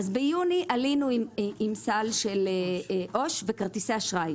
ביוני עלינו עם סל של עו"ש וכרטיסי אשראי.